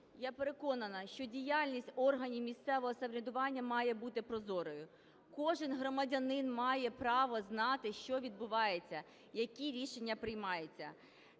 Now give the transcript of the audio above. Я переконана, що діяльність органів місцевого самоврядування має бути прозорою. Кожен громадянин має право знати, що відбувається, які рішення приймаються.